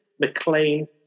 McLean